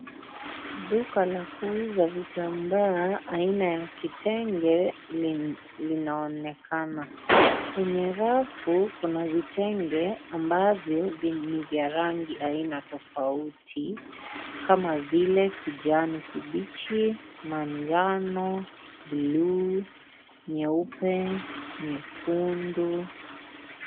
Duka la kuuza vitambaa aina ya vitenge linaonekana kwenye rafu kuna vitenge ambavyo ni vya rangi aina tofauti kama vile kijani kibichi manjano bluu nyeupe nyekundu.